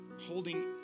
holding